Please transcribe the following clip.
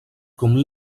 comme